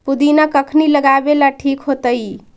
पुदिना कखिनी लगावेला ठिक होतइ?